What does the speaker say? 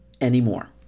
anymore